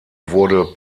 wurde